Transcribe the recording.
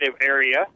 area